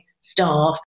staff